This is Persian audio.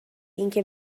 اینکه